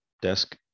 desk